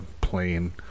plane